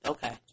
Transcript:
Okay